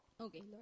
okay